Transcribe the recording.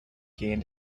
gain